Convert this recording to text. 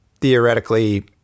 theoretically